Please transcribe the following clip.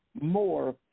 more